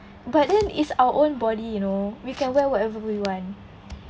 but then is our own body you know we can wear whatever we want